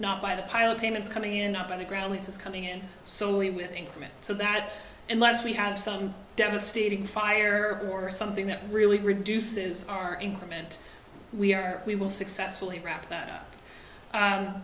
not by the pile of payments coming in up on the ground it's coming in solely with increments so that unless we have some devastating fire or something that really reduces our increment we are we will successfully wrap that